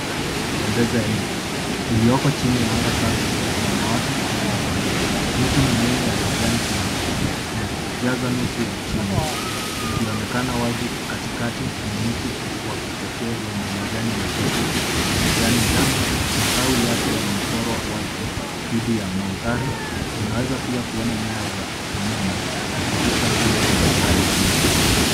Mandhari ya kupendeza ya nje iliyoko chini ya anga safi ya samawati iliyokolea. Miti. Minene ya kijani kibichi inajaza nusu ya chini. Ikionekana wazi katikati ni miti wa kipekee wenye majani mepesi ya kijani njano majani yake yamechorwa wazi dhidi ya mandhari. Unaweza pia kuona nyaya za umeme zikivuka juu ya mistari ya miti.